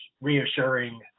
reassuring